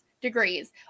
degrees